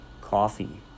coffee